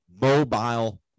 mobile